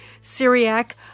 Syriac